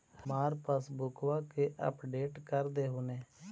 हमार पासबुकवा के अपडेट कर देहु ने?